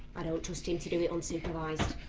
i don't trust him to do it unsupervised.